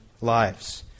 lives